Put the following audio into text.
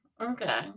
Okay